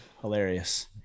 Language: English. hilarious